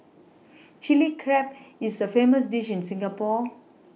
Chilli Crab is a famous dish in Singapore